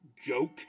joke